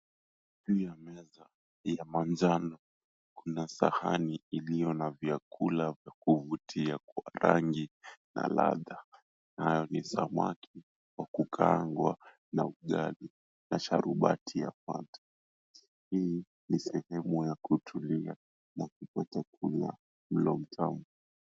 Juu ya meza ya manjano kuna sahani iliyo na vyakula vya kuvutia kwa rangi na ladha. Hayo ni samaki wa kukaangwa na ugali na sharubati ya kwata. Hii ni sehemu ya kutulia na kupata kula mlo mtamu.